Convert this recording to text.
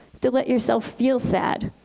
to let yourself feel sad,